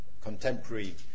contemporary